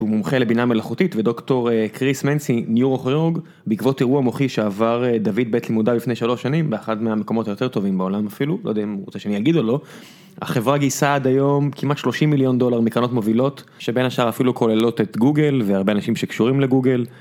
הוא מומחה לבינה מלאכותית ודוקטור כריס מנסי נוירוכיורוג, בעקבות אירוע מוחי שעבר דוד בעת לימודיו לפני שלוש שנים באחד מהמקומות היותר טובים בעולם אפילו, לא יודע אם הוא רוצה שאני אגיד או לא. החברה גייסה עד היום כמעט 30 מיליון דולר מקרנות מובילות שבין השאר אפילו כוללות את גוגל והרבה אנשים שקשורים לגוגל.